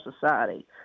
society